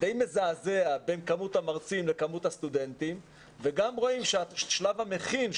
די מזעזע בין כמות המרצים לכמות הסטודנטים וגם רואים שהשלב המכין,